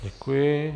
Děkuji.